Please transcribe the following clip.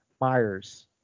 Myers